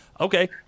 Okay